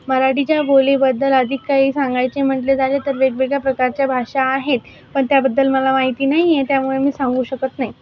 मराठीच्या बोलीबद्दल अधिक काही सांगायचे म्हटले झाले तर वेगवेगळ्या प्रकारच्या भाषा आहेत पण त्याबद्दल मला माहिती नाहीये त्यामुळे मी सांगू शकत नाही